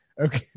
okay